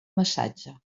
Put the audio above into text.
massatge